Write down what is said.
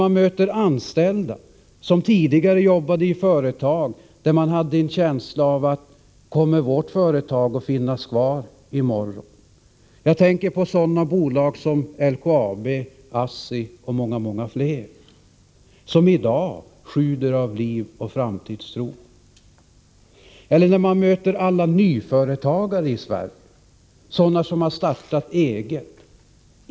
Man möter anställda, som jobbar i företag där man tidigare har frågat sig: Kommer vårt företag att finnas kvar i morgon? Jag tänker på sådana företag som LKAB, ASSI och många fler, som i dag sjuder av liv och framtidstro. Man möter nyföretagare i Sverige, sådana som har startat eget.